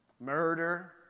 murder